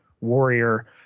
warrior